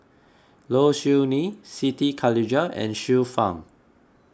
Low Siew Nghee Siti Khalijah and Xiu Fang